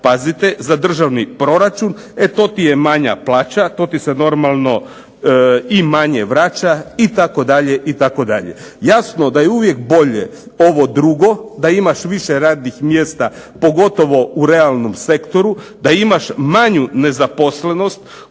pazite za državni proračun e to ti je manja plaća, to ti se normalno i manje vraća itd., itd. Jasno da je uvijek bolje ovo drugo, da imaš više radnih mjesta, pogotovo u realnom sektoru, da imaš manju nezaposlenost.